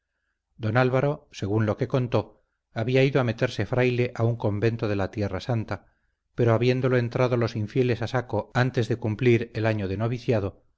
don álvaro según lo que contó había ido a meterse fraile a un convento de la tierra santa pero habiéndolo entrado los infieles a saco antes de cumplir el año del noviciado